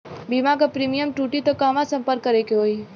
बीमा क प्रीमियम टूटी त कहवा सम्पर्क करें के होई?